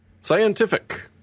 Scientific